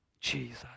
Jesus